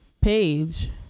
page